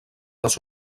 les